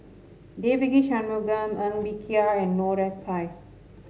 Devagi Sanmugam Ng Bee Kia and Noor S I